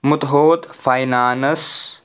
Muthoot finance